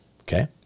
Okay